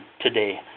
today